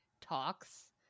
Talks